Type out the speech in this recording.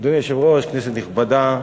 אדוני היושב-ראש, כנסת נכבדה,